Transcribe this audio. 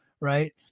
right